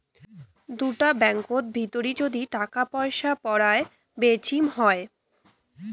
দুটা ব্যাঙ্কত ভিতরি যদি টাকা পয়সা পারায় বেচিম হই